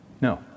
No